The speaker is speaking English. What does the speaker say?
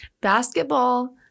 basketball